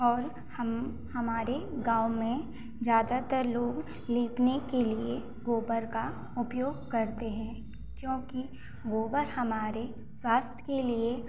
और हम हमारे गाँव में ज़्यादातर लोग लीपने के लिए गोबर का उपयोग करते हैं क्योंकि गोबर हमारे स्वास्थय के लिए